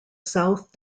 south